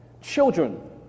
Children